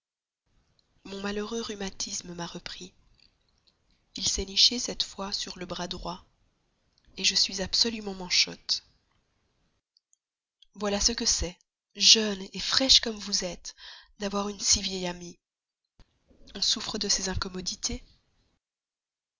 mon malheureux rhumatisme m'a repris il s'est niché cette fois sur le bras droit je suis absolument manchotte voilà ce que c'est jeune fraîche comme vous êtes d'avoir une si vieille amie on souffre de ses incommodités